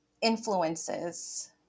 influences